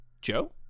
Joe